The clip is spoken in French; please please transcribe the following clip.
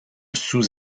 sous